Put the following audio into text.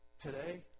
Today